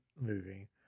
movie